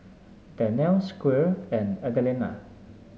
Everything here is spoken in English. Danelle Squire and Adelina